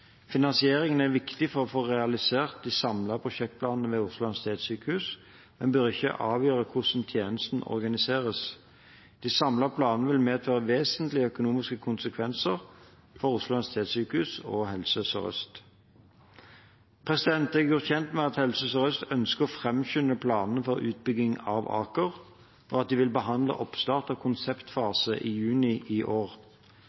er viktig for å få realisert de samlede prosjektplanene ved Oslo universitetssykehus, men bør ikke avgjøre hvordan tjenesten organiseres. De samlede planene vil medføre vesentlige økonomiske konsekvenser for Oslo universitetssykehus og Helse Sør-Øst. Jeg er gjort kjent med at Helse Sør-Øst ønsker å framskynde planene for utbygging av Aker, og at de vil behandle oppstart av konseptfasen i juni i år.